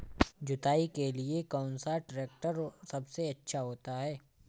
जुताई के लिए कौन सा ट्रैक्टर सबसे अच्छा होता है?